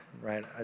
right